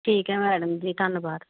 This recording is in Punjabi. ਠੀਕ ਹੈ ਮੈਡਮ ਜੀ ਧੰਨਵਾਦ